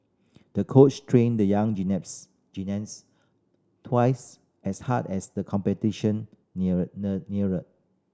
the coach trained the young gymnast twice as hard as the competition near neared neared